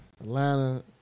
Atlanta